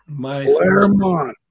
Claremont